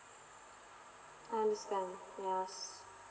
I understand yes